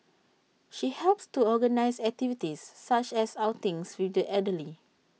she helps to organise activities such as outings with the elderly